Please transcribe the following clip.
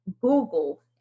Google